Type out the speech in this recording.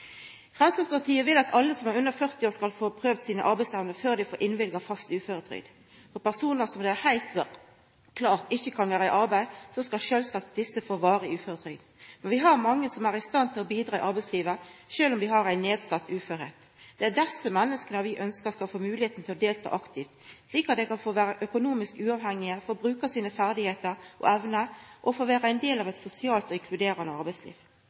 Framstegspartiet vil at alle som er under 40 år, skal få prøvd arbeidsevnene sine før dei får innvilga fast uføretrygd. Personar som heilt klart ikkje kan vera i arbeid, skal sjølvsagt få varig uføretrygd. Vi har mange som er i stand til å bidra i arbeidslivet sjølv om dei har ein nedsett funksjonsevne. Det er desse menneska vi ønskjer skal få høve til å delta aktivt, slik at dei kan få vera økonomisk uavhengige, få bruka ferdigheitene og evnene sine og vera ein del av eit sosialt og inkluderande arbeidsliv.